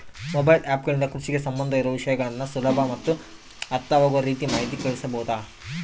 Mobile app ಗಳಿಂದ ಕೃಷಿಗೆ ಸಂಬಂಧ ಇರೊ ವಿಷಯಗಳನ್ನು ಸುಲಭ ಮತ್ತು ಅರ್ಥವಾಗುವ ರೇತಿ ಮಾಹಿತಿ ಕಳಿಸಬಹುದಾ?